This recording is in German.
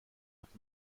hat